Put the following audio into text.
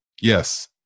Yes